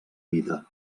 vida